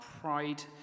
pride